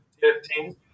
Fifteen